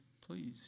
please